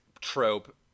trope